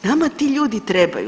Nama ti ljudi trebaju.